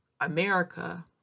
America